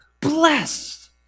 blessed